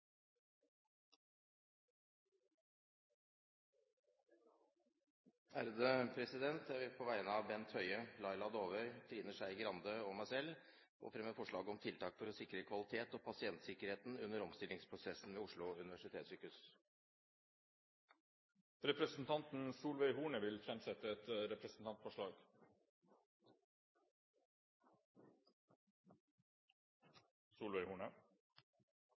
Jeg vil på vegne av Bent Høie, Laila Dåvøy, Trine Skei Grande og meg selv få fremme forslag om tiltak for å sikre kvalitet og pasientsikkerhet under omstillingsprosessen ved Oslo universitetssykehus. Representanten Solveig Horne vil framsette et representantforslag.